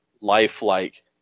lifelike